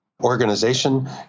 organization